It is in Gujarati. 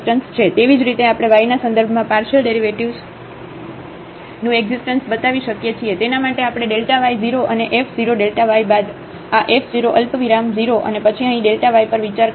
તેવી જ રીતે આપણે y ના સંદર્ભમાં પાર્શિયલ ડેરિવેટિવ્ઝ નું એકઝીસ્ટન્સ બતાવી શકીએ છીએ તેના માટે આપણે Δ y 0 અને f 0 Δ y બાદ આ f 0 અલ્પવિરામ 0 અને પછી અહીં Δ y પર વિચાર કરવો પડશે